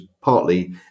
partly